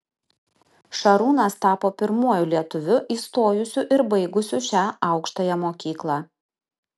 šarūnas tapo pirmuoju lietuviu įstojusiu ir baigusiu šią aukštąją mokyklą